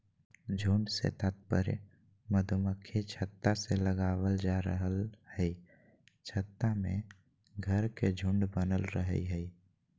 झुंड से तात्पर्य मधुमक्खी छत्ता से लगावल जा रहल हई छत्ता में घर के झुंड बनल रहई हई